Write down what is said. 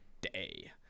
day